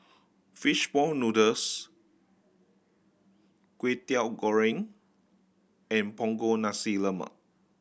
fish ball noodles Kwetiau Goreng and Punggol Nasi Lemak